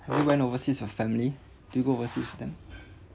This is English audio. have you went overseas with your family do you go overseas with them